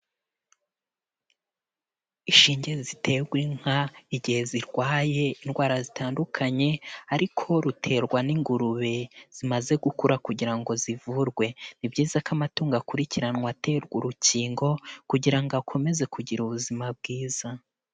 Inshinge ziterwa inka igihe zirwaye indwara zitandukanye, ariko ruterwa n'ingurube zimaze gukura kugira ngo zivurwe; ni byiza ko amatungo akurikiranwa aterwa urukingo, kugira ngo akomeze kugira ubuzima bwiza.